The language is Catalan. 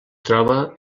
troba